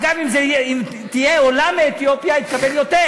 אגב, אם זו תהיה עולה מאתיופיה היא תקבל יותר.